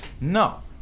no